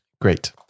Great